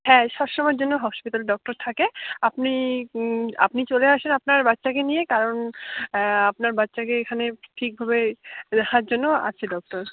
হ্যাঁ সবসময়ের জন্য হসপিটালে ডক্টর থাকে আপনি আপনি চলে আসুন আপনার বাচ্চাকে নিয়ে কারণ আপনার বাচ্চাকে এখানে ঠিকভাবে দেখার জন্য আছে ডক্টর